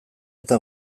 eta